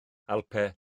alpau